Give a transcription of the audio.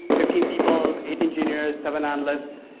fifteen people, eight engineers, seven analysts,